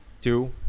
two